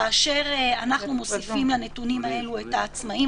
כאשר אנחנו מוסיפים לנתונים האלה את העצמאים,